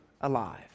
alive